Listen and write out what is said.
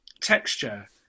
texture